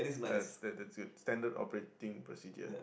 ya that that's the Standard operating procedure